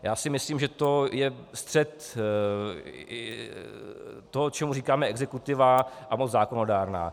Já si myslím, že to je střet toho, čemu říkáme exekutiva a moc zákonodárná.